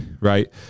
right